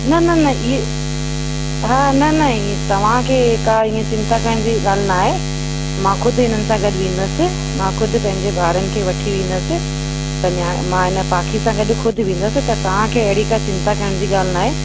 न न न हीअ हा न न तव्हांखे का ईअं चिंता करण जी ॻाल्हि न आहे मां खुदि इन्हनि सां गॾु वेंदसि मां खुदि पंहिंजे ॿारनि खे वठी वेंदसि त नया मां इन पाखी सां गॾु खुदि वेंदसि त तव्हांखे अहिड़ी का चिंता करण जी ॻाल्हि न आहे